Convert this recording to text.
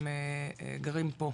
שהם גרים פה.